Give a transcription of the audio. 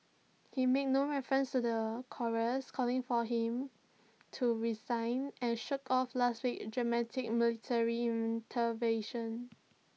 he made no reference to the chorus calling for him to resign and shrugged off last week's dramatic military intervention